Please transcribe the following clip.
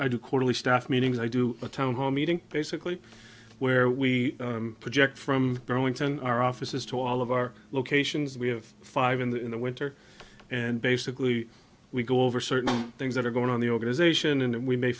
i do quarterly staff meetings i do a town hall meeting basically where we project from burlington our offices to all of our locations we have five in the winter and basically we go over certain things that are going on the organization and we may